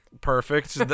perfect